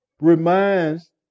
reminds